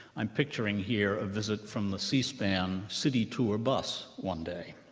i'm picturing here a visit from the c-span city tour bus one day.